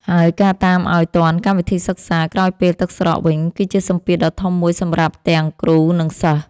ហើយការតាមឱ្យទាន់កម្មវិធីសិក្សាក្រោយពេលទឹកស្រកវិញ គឺជាសម្ពាធដ៏ធំមួយសម្រាប់ទាំងគ្រូ និងសិស្ស។